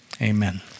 amen